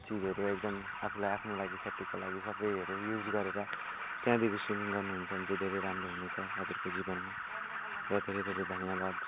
त्यो चिजहरू एकदम आफूलाई आफ्नो लागि सेफ्टीको लागि सबै युज गरेर त्यहाँदेखिको सुइमिङ गर्नु हुन्छ भने चाहिँ धेरै राम्रो हुन्छ हजुरको जीवन र धेरै धेरै धन्यवाद